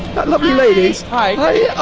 that lovely lady's hi. hi.